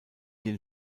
den